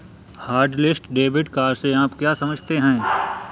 Hotlist debit card से आप क्या समझते हैं?